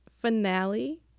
finale